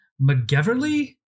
McGeverly